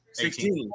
16